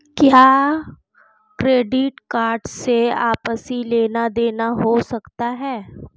क्या credit card से आपसी लेनदेन हो सकता है?